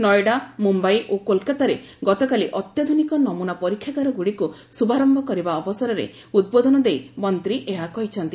ନୋଇଡା ମୁମ୍ଭାଇ ଓ କୋଲ୍କାତାରେ ଗତକାଲି ଅତ୍ୟାଧୁନିକ ନମୁନା ପରୀକ୍ଷାଗାରଗୁଡ଼ିକୁ ଶୁଭାରମ୍ଭ କରିବା ଅବସରରେ ଉଦ୍ବୋଧନ ଦେଇ ମନ୍ତ୍ରୀ ଏହା କହିଛନ୍ତି